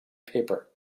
paper